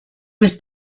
was